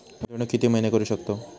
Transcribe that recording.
गुंतवणूक किती महिने करू शकतव?